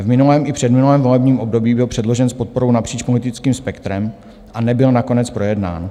V minulém i předminulém volebním období byl předložen s podporou napříč politickým spektrem a nebyl nakonec projednán.